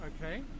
okay